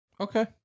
Okay